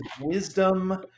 wisdom